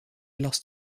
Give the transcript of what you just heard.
last